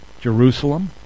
Jerusalem